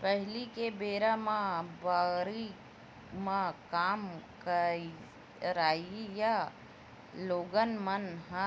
पहिली के बेरा म बाड़ी म काम करइया लोगन मन ह